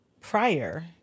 prior